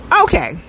okay